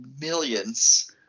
millions